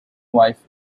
wife